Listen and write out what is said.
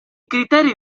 criteri